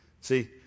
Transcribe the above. See